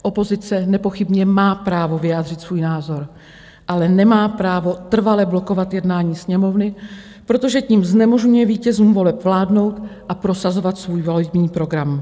Opozice nepochybně má právo vyjádřit svůj názor, ale nemá právo trvale blokovat jednání Sněmovny, protože tím znemožňuje vítězům voleb vládnout a prosazovat svůj volební program.